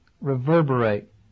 reverberate